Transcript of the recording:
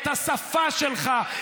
את השפה שלך,